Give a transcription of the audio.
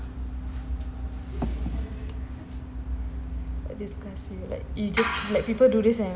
disgust you like you just let people do this